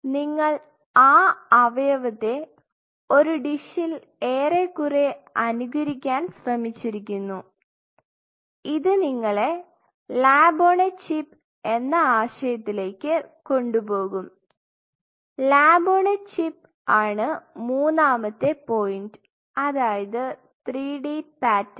നിങ്ങൾ ആ അവയവത്തെ ഒരു ഡിഷിൽ ഏറെക്കുറെ അനുകരിക്കാൻ ശ്രമിച്ചിരിക്കുന്നു ഇത് നിങ്ങളെ ലാബ് ഓൺ എ ചിപ്പ് എന്ന ആശയത്തിൽലേക്ക് കൊണ്ടുപോകും ലാബ് ഓൺ എ ചിപ്പ് ആണ് മൂന്നാമത്തെ പോയിൻറ് അതായത് 3D പാറ്റേൺ